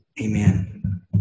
Amen